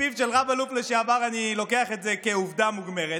מפיו של רב-אלוף לשעבר אני לוקח את זה כעובדה מוגמרת.